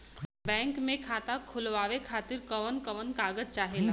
Bank मे खाता खोलवावे खातिर कवन कवन कागज चाहेला?